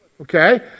Okay